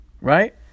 Right